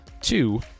Two